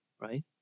right